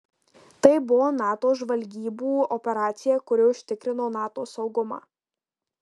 tai buvo nato žvalgybų operacija kuri užtikrino nato saugumą